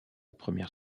première